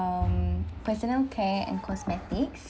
um personal care and cosmetics